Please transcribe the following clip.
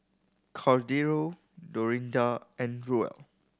Cordero Dorinda and Ruel